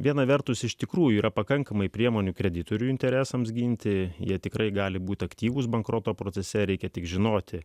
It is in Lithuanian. viena vertus iš tikrųjų yra pakankamai priemonių kreditorių interesams ginti jie tikrai gali būti aktyvūs bankroto procese reikia tik žinoti